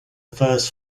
first